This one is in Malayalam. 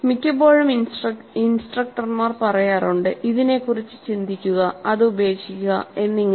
മിക്കപ്പോഴും ഇൻസ്ട്രക്ടർമാർ പറയാറുണ്ട് "ഇതിനെക്കുറിച്ച് ചിന്തിക്കുക" അത് ഉപേക്ഷിക്കുക എന്നിങ്ങനെ